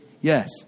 Yes